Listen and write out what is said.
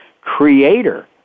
Creator